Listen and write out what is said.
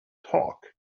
talk